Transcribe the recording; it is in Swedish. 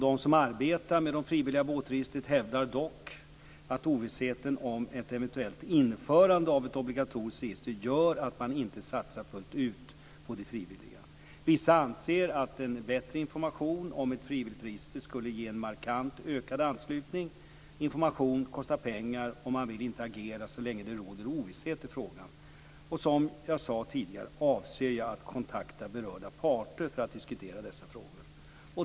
De som arbetar med det frivilliga båtregistret hävdar dock att ovissheten om ett eventuellt införande av ett obligatoriskt register gör att man inte satsar fullt ut på det frivilliga registret. Vissa anser att en bättre information om ett frivilligt register skulle ge en markant ökad anslutning. Information kostar pengar, och man vill inte agera så länge det råder ovisshet i frågan. Som jag tidigare sade avser jag att kontakta berörda parter för att diskutera dessa frågor.